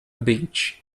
beach